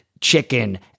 chicken